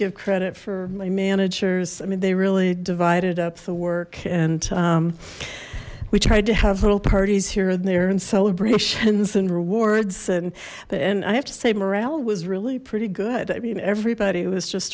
give credit for my managers i mean they really divided up the work and we tried to have little parties here and there and celebrations and rewards and and i have to say morale was really pretty good i mean everybody was just